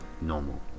Normal